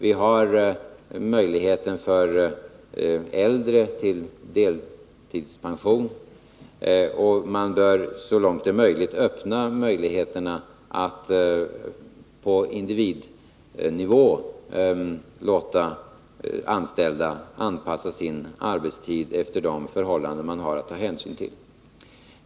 Vidare finns möjlighet för äldre till deltidspension, och man bör så långt som möjligt öppna möjligheterna att på individnivå låta anställda anpassa sin arbetstid efter de förhållanden man har att ta hänsyn till.